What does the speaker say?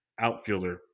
outfielder